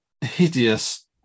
hideous